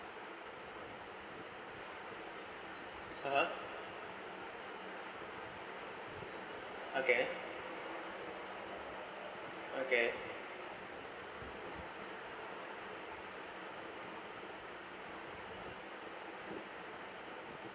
(uh huh) okay okay